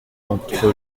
entre